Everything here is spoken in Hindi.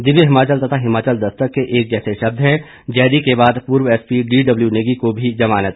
दिव्य हिमाचल तथा हिमाचल दस्तक के एक जैसे शब्द हैं जैदी के बाद पूर्व एसपी डीडब्ल्यू नेगी को भी जमानत